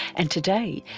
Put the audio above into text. and today,